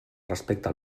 respecte